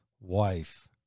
wife